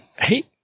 Hey